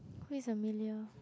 where's Amelia